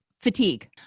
fatigue